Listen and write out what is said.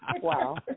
Wow